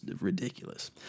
ridiculous